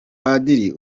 padiri